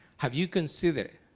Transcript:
have you considered